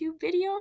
video